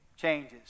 changes